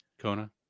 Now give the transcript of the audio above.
Kona